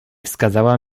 wskazała